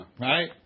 right